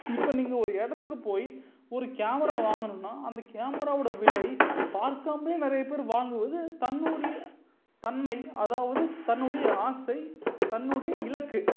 இப்போ நீங்கள் ஒரு இடத்துக்கு போய் ஒரு கேமரா வாங்கணும்ன்னால் அந்த கேமராவோடய விலை பார்க்காமலே நிறைய பேர் வாங்குவது தன்னுடைய தன்மை அதாவது தன்னுடைய ஆசை தன்னுடைய இலக்கு